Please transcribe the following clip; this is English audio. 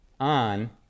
on